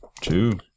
two